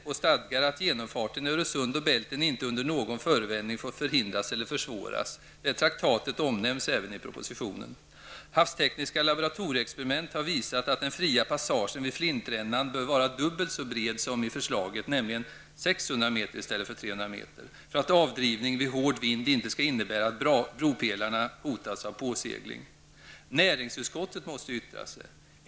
Det stadgar att genomfarten i Öresund och Bälten inte under någon förevändning får förhindras eller försvåras. Det traktatet omnämns även i propositionen. Havstekniska laboratorieexperiment har visat att den fria passagen vid Flintrännan bör vara dubbelt så bred som i förslaget, nämligen 600 meter i stället för 300 meter, för att avdrivning vid hård vind inte skall innebära att bropelarna hotas av påsegling. Näringsutskottet måste yttra sig.